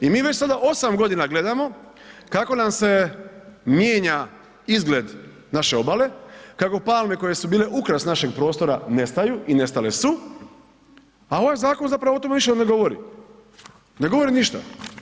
I mi već sada 8 godina gledamo kako nam se mijenja izgled naše obale, kako palme koje su bile ukras našeg prostora nestaju i nestale su, a ovaj zakon zapravo o tome više ne govori, ne govori ništa.